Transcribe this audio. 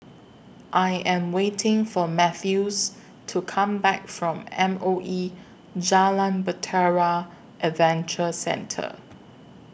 I Am waiting For Mathews to Come Back from M O E Jalan Bahtera Adventure Centre